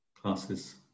classes